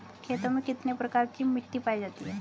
खेतों में कितने प्रकार की मिटी पायी जाती हैं?